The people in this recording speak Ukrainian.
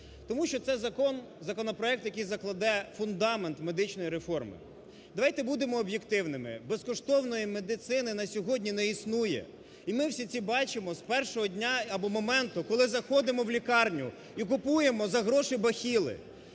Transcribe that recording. Тому що це закон, законопроект, який закладе фундамент медичної реформи. Давайте будемо об'єктивними, безкоштовної медицини на сьогодні не існує і ми всі це бачимо з першого дня або моменту, коли заходимо в лікарню і купуємо за гроші бахіли,